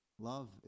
Love